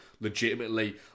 legitimately